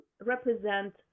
represent